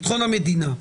ביטחון המדינה,